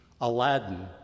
Aladdin